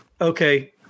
Okay